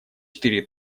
четыре